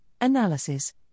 analysis